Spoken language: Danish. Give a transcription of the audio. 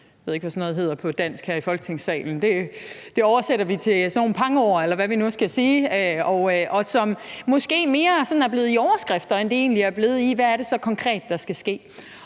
Jeg ved ikke, hvad sådan noget hedder på dansk her i Folketingssalen; vi kan oversætte det til pangord, eller hvad vi nu skal kalde det. Der er måske mere blevet diskuteret i overskrifter end i, hvad det så konkret er, der skal ske.